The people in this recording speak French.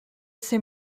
ces